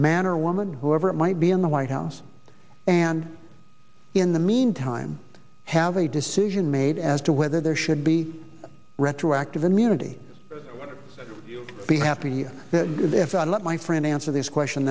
man or woman whoever it might be in the white house and in the meantime has a decision made as to whether there should be retroactive immunity be happy if i let my friend answer this question